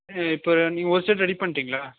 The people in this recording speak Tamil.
இப்போ நீங்கள் ஒரு செட் ரெடி பண்ணிட்டீங்களா